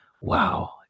Wow